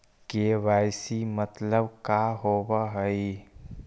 KYC मतलब का होव हइ?